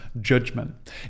judgment